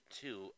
two